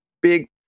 Big